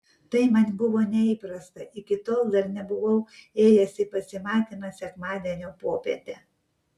tai man buvo neįprasta iki tol dar nebuvau ėjęs į pasimatymą sekmadienio popietę